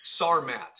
Sarmat